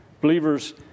believers